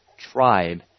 Tribe